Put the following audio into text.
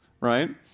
right